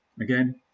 again